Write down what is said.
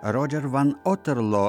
rodžer van oterlo